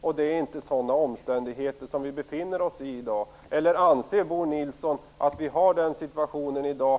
Det är inte sådana omständigheter som vi befinner oss i i dag. Eller anser Bo Nilsson att vi har den situationen i dag?